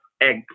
egg